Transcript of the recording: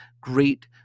great